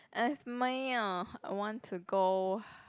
and if me ah I want to go